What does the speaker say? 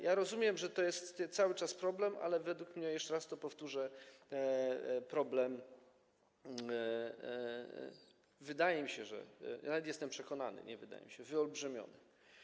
Ja rozumiem, że to jest cały czas problem, ale według mnie, jeszcze raz to powtórzę, problem - wydaje mi się, a nawet jestem przekonany, nie wydaje mi się - wyolbrzymiony.